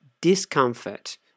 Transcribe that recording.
discomfort